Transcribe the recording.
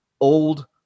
old